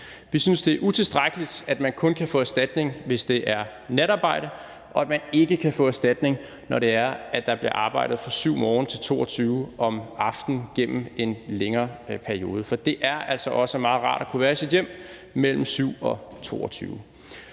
Vi synes, det er utilstrækkeligt, at man kun kan få erstatning, hvis der er tale om natarbejde, og at man ikke kan få erstatning, når der bliver arbejdet fra kl. 7.00 om morgenen til 22.00 om aftenen gennem en længere periode. For det er altså også meget rart at kunne være i sit hjem mellem kl.